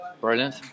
Brilliant